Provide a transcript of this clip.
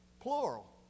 Plural